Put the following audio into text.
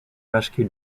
rescue